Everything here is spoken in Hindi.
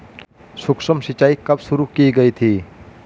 सूक्ष्म सिंचाई कब शुरू की गई थी?